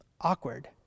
awkward